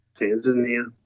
Tanzania